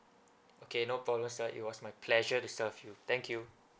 okay no problem sir it was my pleasure to serve you thank you